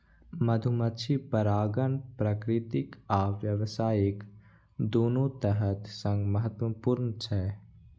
मधुमाछी परागण प्राकृतिक आ व्यावसायिक, दुनू तरह सं महत्वपूर्ण छै